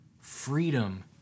freedom